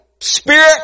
Spirit